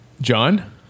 john